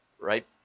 right